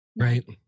Right